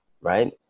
Right